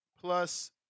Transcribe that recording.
plus